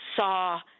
saw